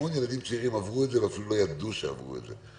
המון ילדים צעירים עברו את זה ואפילו לא ידעו שעברו את זה.